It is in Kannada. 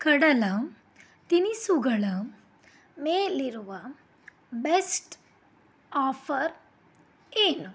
ಕಡಲ ತಿನಿಸುಗಳ ಮೇಲಿರುವ ಬೆಸ್ಟ್ ಆಫರ್ ಏನು